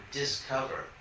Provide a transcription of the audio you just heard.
discover